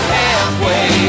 halfway